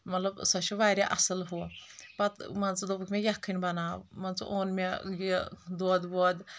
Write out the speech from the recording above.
مطلب سۄ چھٕ واریاہ اصٕل ہُہ پتہٕ مان ژٕ دوٚپکھ مےٚ یکھٕنۍ بناو مان ژٕ اوٚن مےٚ یہِ دۄد وۄد